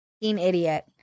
idiot